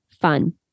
fun